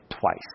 twice